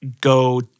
go